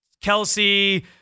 Kelsey